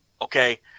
Okay